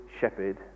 shepherd